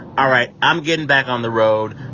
all right. i'm getting back on the road.